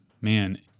man